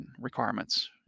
requirements